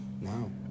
No